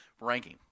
ranking